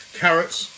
carrots